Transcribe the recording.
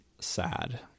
sad